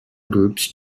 groups